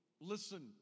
Listen